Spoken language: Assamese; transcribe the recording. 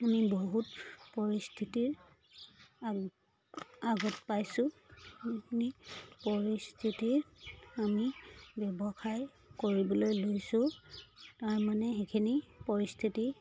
আমি বহুত পৰিস্থিতিৰ আ আগত পাইছো সেইখিনি পৰিস্থিতি আমি ব্যৱসায় কৰিবলৈ লৈছো তাৰমানে সেইখিনি পৰিস্থিতি